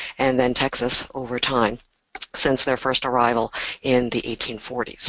and then texas over time since their first arrival in the eighteen forty s.